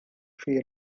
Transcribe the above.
fear